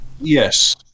Yes